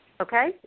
Okay